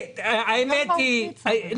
בדיוק.